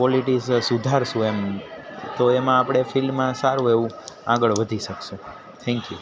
qualities સુધારીશું એમ તો એમાં આપણે ફિલ્ડમાં સારું એવું આગળ વધી શકીશું થેન્ક યુ